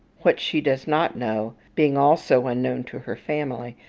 what she does not know, being also unknown to her family,